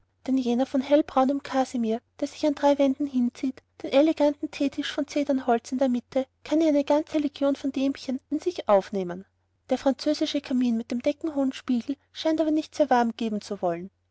denn jener von hellbraunem kasimir der sich an drei wänden hinzieht den eleganten teetisch von zedernholz in der mitte kann ja eine ganze legion von dämchen in sich aufnehmen der französische kamin mit dem deckenhohen spiegel scheint aber nicht sehr warm geben zu wollen